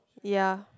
ya